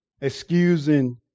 excusing